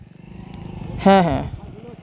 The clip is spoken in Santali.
ᱦᱮᱸ ᱦᱮᱸ